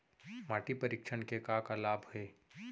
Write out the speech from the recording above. माटी परीक्षण के का का लाभ हे?